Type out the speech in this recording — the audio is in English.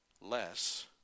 less